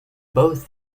both